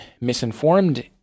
misinformed